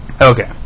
Okay